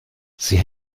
sie